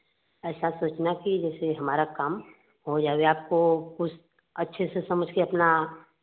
ऐसा सोचना कि जैसे हमारा काम हो जावे आपको कुछ अच्छे से समझ कर अपना